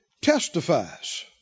testifies